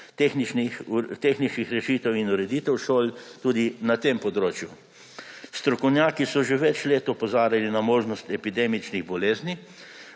tehničnih rešitev in ureditev šol tudi na tem področju. Strokovnjaki so že več let opozarjali na možnost epidemičnih bolezni,